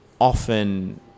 often